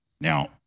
Now